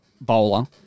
bowler